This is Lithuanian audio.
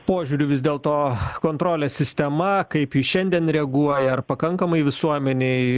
požiūriu vis dėlto kontrolės sistema kaip ji šiandien reaguoja ar pakankamai visuomenei